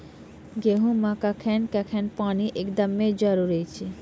गेहूँ मे कखेन कखेन पानी एकदमें जरुरी छैय?